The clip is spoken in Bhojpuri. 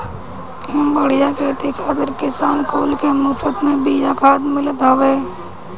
बढ़िया खेती खातिर किसान कुल के मुफत में बिया खाद मिलत हवे